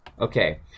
okay